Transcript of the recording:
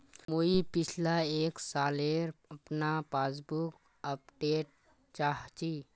मुई पिछला एक सालेर अपना पासबुक अपडेट चाहची?